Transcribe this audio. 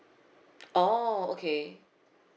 orh okay